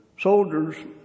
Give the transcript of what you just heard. soldiers